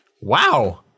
Wow